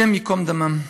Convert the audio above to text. השם ייקום דמם.